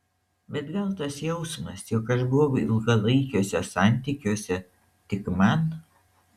bet gal tas jausmas jog aš buvau ilgalaikiuose santykiuose tik man